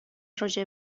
راجع